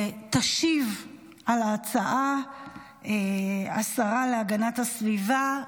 תשיב על ההצעה השרה להגנת הסביבה,